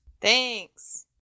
Thanks